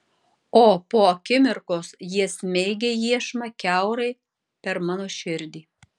o po akimirkos jie smeigia iešmą kiaurai per mano širdį